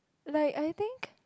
like I think